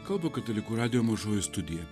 kalba katalikų radijo mažoji studija